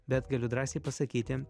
bet galiu drąsiai pasakyti